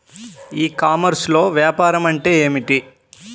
ఈ కామర్స్లో వ్యాపారం అంటే ఏమిటి?